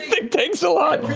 like takes a lot.